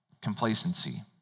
complacency